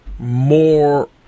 more